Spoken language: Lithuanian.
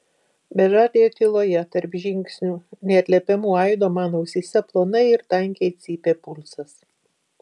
bežadėje tyloje tarp žingsnių neatliepiamų aido man ausyse plonai ir tankiai cypė pulsas